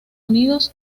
unidos